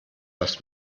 das